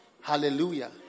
Hallelujah